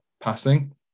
passing